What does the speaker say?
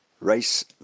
race